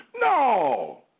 No